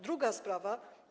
Druga sprawa.